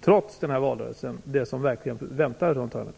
trots denna valrörelse tål det som verkligen väntar runt hörnet.